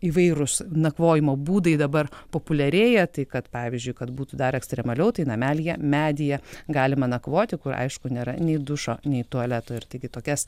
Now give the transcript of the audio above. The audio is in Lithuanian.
įvairūs nakvojimo būdai dabar populiarėja tai kad pavyzdžiui kad būtų dar ekstremaliau tai namelyje medyje galima nakvoti kur aišku nėra nei dušo nei tualeto ir taigi tokias